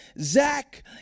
Zach